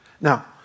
Now